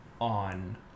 on